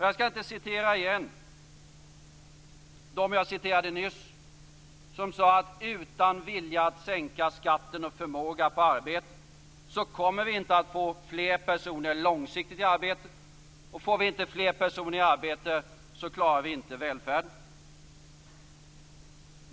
Jag skall inte igen citera dem jag citerade nyss, som sade att utan vilja att sänka skatten på förmåga och arbete kommer vi inte att få fler personer långsiktigt i arbete. Får vi inte fler personer i arbete klarar vi inte välfärden.